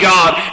God